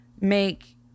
make